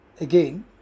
Again